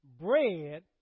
bread